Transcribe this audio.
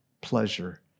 pleasure